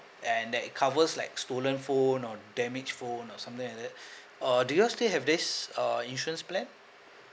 and that covers like stolen phone or damaged phone or something like that err do you all still have this uh insurance plan